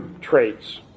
traits